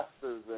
pastors